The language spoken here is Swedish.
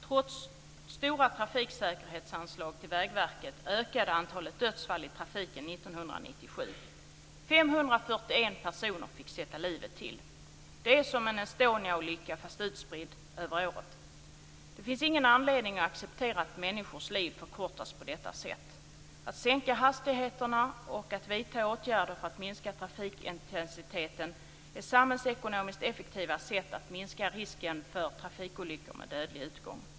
Trots stora trafiksäkerhetsanslag till Vägverket ökade antalet dödsfall i trafiken 1997. 541 personer fick sätta livet till. Det är som en Estoniaolycka fast utspridd över året. Det finns ingen anledning att acceptera att människors liv förkortas på detta sätt. Att sänka hastigheterna och vidta åtgärder för att minska trafikintensiteten är samhällsekonomiskt effektiva sätt att minska risken för trafikolyckor med dödlig utgång.